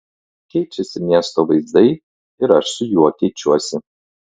keičiasi miesto vaizdai ir aš su juo keičiuosi